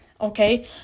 Okay